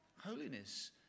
holiness